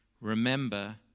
remember